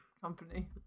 company